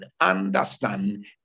understand